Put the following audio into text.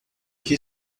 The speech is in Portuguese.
que